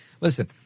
Listen